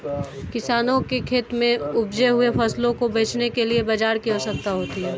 किसानों के खेत में उपजे हुए फसलों को बेचने के लिए बाजार की आवश्यकता होती है